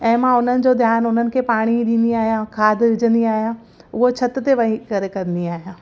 ऐं मां उन्हनि जो ध्यानु उन्हनि खे पाणी ॾींदी आहियां खाद विझंदी आहियां उहो छिति ते वेही करे कंदी आहियां